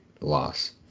loss